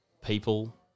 people